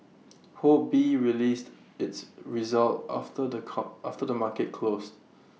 ho bee released its results after the car after the market closed